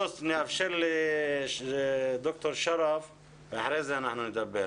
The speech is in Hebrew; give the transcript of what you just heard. נאפשר לדוקטור שרף חסאן לדבר ואחר כך אנחנו נתייחס.